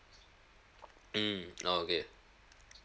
mm oh okay